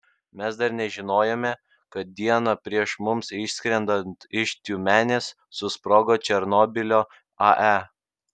mes dar nežinojome kad dieną prieš mums išskrendant iš tiumenės susprogo černobylio ae